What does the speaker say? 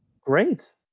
Great